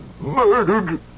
murdered